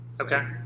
Okay